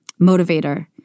motivator